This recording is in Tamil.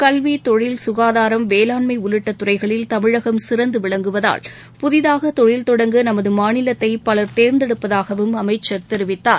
கல்வி தொழில் சுகாதாரம் வேளாண்மை உள்ளிட்ட துறைகளில் தமிழகம் சிறந்து விளங்குவதால் புதிதாக தொழில் தொடங்க நமது மாநிலத்தை பலர் தேர்ந்தெடுப்பதாகவும் அமைச்சர் தெரிவித்தார்